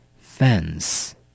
Fence